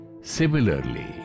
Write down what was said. similarly